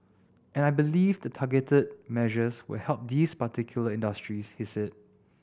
and I believe the targeted measures will help these particular industries he said